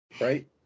Right